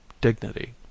dignity